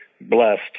blessed